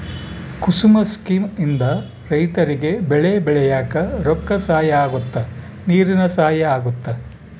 ಕುಸುಮ scheme ಇಂದ ರೈತರಿಗೆ ಬೆಳೆ ಬೆಳಿಯಾಕ ರೊಕ್ಕ ಸಹಾಯ ಅಗುತ್ತ ನೀರಿನ ಸಹಾಯ ಅಗುತ್ತ